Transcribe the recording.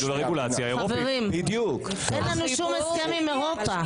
אין לנו שום הסכם עם אירופה.